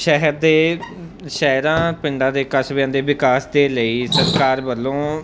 ਸ਼ਹਿਰ ਦੇ ਸ਼ਹਿਰਾਂ ਪਿੰਡਾਂ ਦੇ ਕਸਬਿਆਂ ਦੇ ਵਿਕਾਸ ਦੇ ਲਈ ਸਰਕਾਰ ਵੱਲੋਂ